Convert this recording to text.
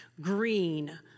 green